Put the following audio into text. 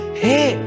hey